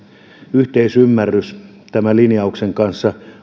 yhteisymmärrys tämän linjauksen kanssa